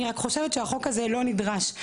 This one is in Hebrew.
אני חושבת שהחוק הזה לא נדרש.